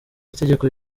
igitego